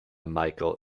michael